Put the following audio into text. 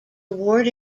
award